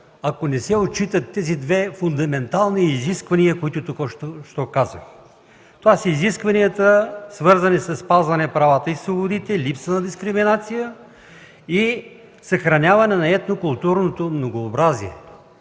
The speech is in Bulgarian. ако не се отчитат тези две фундаментални изисквания, които току-що казах. Това са изискванията, свързани със спазване на правата и свободите, липса на дискриминация и съхраняване на етнокултурното многообразие.